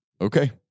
okay